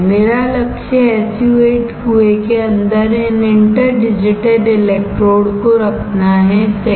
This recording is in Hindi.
मेरा लक्ष्य SU 8 कुएं के अंदर इन इंटर डिजिटेड इलेक्ट्रोड को रखना है सही